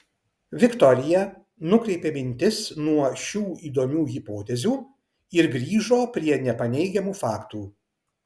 viktorija nukreipė mintis nuo šių įdomių hipotezių ir grįžo prie nepaneigiamų faktų